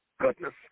goodness